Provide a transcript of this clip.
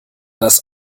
das